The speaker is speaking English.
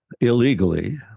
illegally